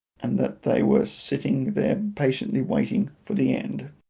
and that they were sitting there patiently waiting for the end.